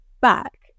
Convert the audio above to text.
back